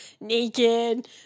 naked